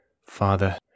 Father